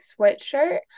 sweatshirt